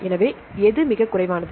எனவே எது மிகக் குறைவானது